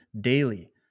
daily